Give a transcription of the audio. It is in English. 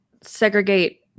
segregate